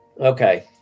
Okay